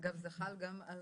אגב, זה חל גם על